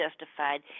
justified